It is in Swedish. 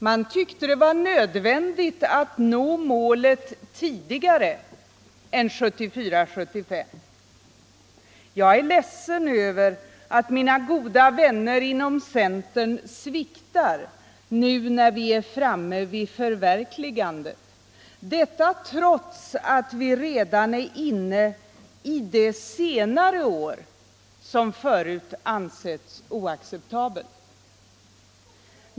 Man tyckte att det var nödvändigt att nå målet tidigare än 1974/75. Jag är ledsen över att mina goda vänner inom centern sviktar nu, när vi är framme vid förverkligandet — detta trots att vi redan är inne i det senare år, som förut ansetts för sent och därför oacceptabelt.